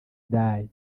die